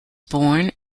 born